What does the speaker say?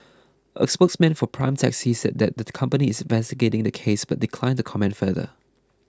a spokesman for Prime Taxi said that the company is investigating the case but declined to comment further